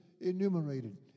enumerated